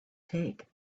take